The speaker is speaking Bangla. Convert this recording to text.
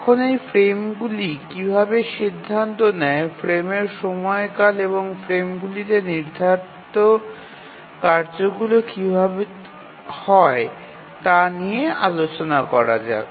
এখন এই ফ্রেমগুলি কীভাবে সিদ্ধান্ত নেয় ফ্রেমের সময়কাল এবং ফ্রেমগুলিতে নির্ধারিত কার্যগুলি কীভাবে হয় তা নিয়ে আলোচনা করা যাক